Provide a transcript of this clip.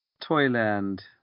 Toyland